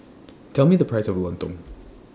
Tell Me The Price of Lontong